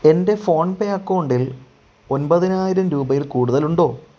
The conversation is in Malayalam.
എൻ്റെ ഫോൺ പേ അക്കൗണ്ടിൽ ഒമ്പതിനായിരം രൂപയിൽ കൂടുതൽ ഉണ്ടോ